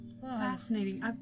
Fascinating